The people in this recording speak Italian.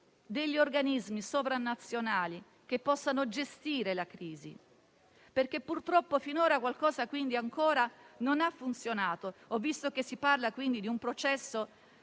degli organismi sovranazionali che possano gestire la crisi, perché purtroppo finora qualcosa non ha funzionato. Ho visto che si parla di un processo